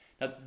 Now